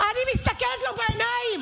אני מסתכלת לו בעיניים.